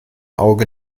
auge